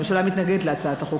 הממשלה מתנגדת להצעת החוק.